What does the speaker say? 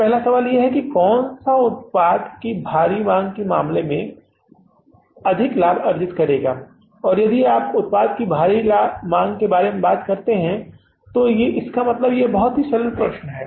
तो पहला सवाल यह है कि कौन सा व्यवसाय उत्पाद की भारी मांग के मामले में लाभ अर्जित करने जा रहा है और यदि आप उत्पाद की भारी मांग के बारे में बात करते हैं तो इसका मतलब है कि प्रश्न बहुत सरल है